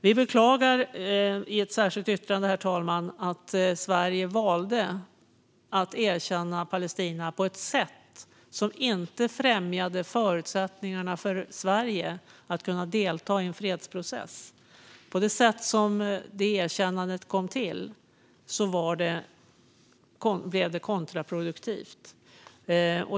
Vi beklagar i ett särskilt yttrande, herr talman, att Sverige valde att erkänna Palestina på ett sätt som inte främjade förutsättningarna för Sverige att kunna delta i en fredsprocess. Med det sätt på vilket det erkännandet kom till blev det kontraproduktivt.